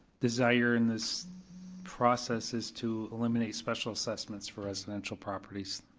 desire in this process is to eliminate special assessments for residential properties.